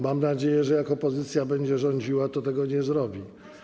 Mam nadzieję, że jak opozycja będzie rządziła, to tego nie zrobi.